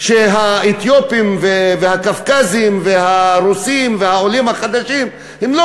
שהאתיופים והקווקזים והרוסים והעולים החדשים הם לא